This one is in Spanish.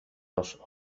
los